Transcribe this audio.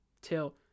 till